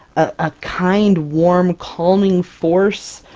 a kind, warm, calming force!